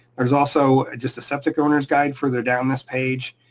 there's also just a septic owner's guide further down this page,